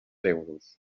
euros